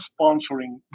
sponsoring